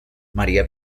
maría